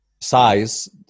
size